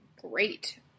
great